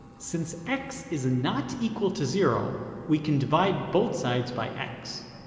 since x is not equal to zero we can divide both sides by x